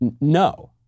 No